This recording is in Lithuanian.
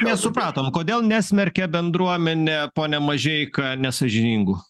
mes supratom kodėl nesmerkia bendruomenė pone mažeika nesąžiningų